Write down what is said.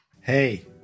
Hey